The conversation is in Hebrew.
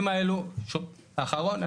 משפט אחרון.